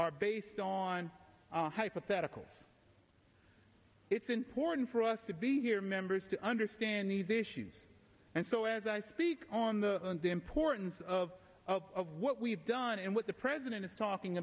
are based on hypotheticals it's important for us to be here members to understand these issues and so as i speak on the importance of of what we've done and what the president is talking